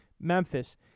Memphis